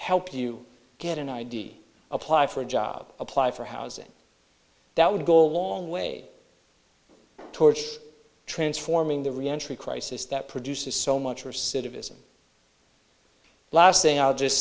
help you get an i d apply for a job apply for housing that would go a long way towards transforming the reentry crisis that produces so much for citizen last thing i'll just